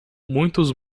muitos